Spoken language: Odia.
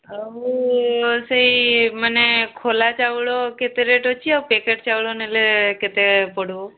ଆଉ ସେଇ ମାନେ ଖୋଲା ଚାଉଳ କେତେ ରେଟ୍ ଅଛି ଆଉ ପ୍ୟାକେଟ୍ ଚାଉଳ ନେଲେ କେତେ ପଡ଼ିବ